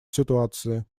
ситуации